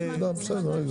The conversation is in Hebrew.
טוב, בסדר.